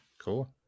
Cool